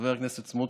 חבר הכנסת סמוטריץ',